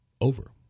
over